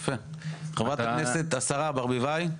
חברת הכנסת השרה ברביבאי.